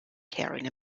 carrying